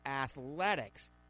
athletics